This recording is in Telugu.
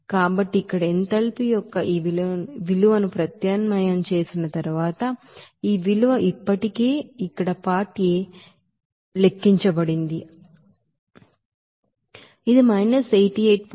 కాబట్టి ఇక్కడ ఎంథాల్పీ యొక్క ఈ విలువను ప్రత్యామ్నాయం చేసిన తరువాత ఈ విలువ ఇప్పటికే ఇక్కడ ಪಾರ್ಟ್ A లెక్కించబడింది అంటే ఏమిటో మీకు తెలుసు